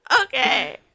Okay